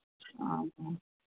ओ